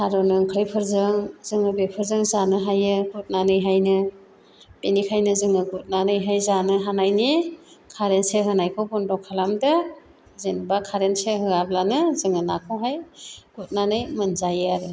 थारुन ओंख्रिफोरजों जोंङो बेफोरजों जानो हायो गुरनानैहायनो बिनिखायनो जोङो गुरनानै जानो हानाय हायनि कारेन स'ख होनायखौ बन्द खालामदो जेन'ब्ला कारेन स'ख होआलानो जोंङो नाखौहाय गुरनानै मोनजायो आरो